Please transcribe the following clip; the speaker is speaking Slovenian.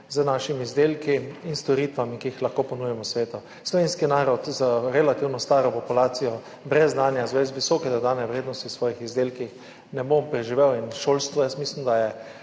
z našimi izdelki in storitvami, ki jih lahko ponudimo v svetu. Slovenski narod z relativno staro populacijo brez znanja in z več visoke dodane vrednosti v svojih izdelkih ne bo preživel. Jaz mislim, da so